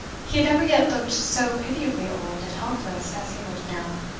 he had never yet looked so pitiably old and helpless as he looked now.